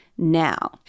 now